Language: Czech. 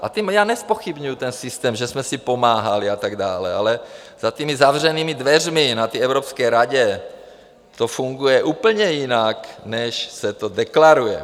A tím nezpochybňuji ten systém, že jsme si pomáhali a tak dále, ale za těmi zavřenými dveřmi na té Evropské radě to funguje úplně jinak, než se to deklaruje.